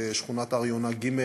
בשכונת הר-יונה ג',